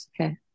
Okay